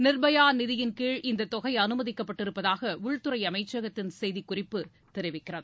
நிர்பயா நிதியின்கீழ் இந்த தொகை அனுமதிக்கப்பட்டிருப்பதாக உள்துறை அமைச்சகத்தின் செய்திக் குறிப்பு தெரிவிக்கிறது